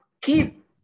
keep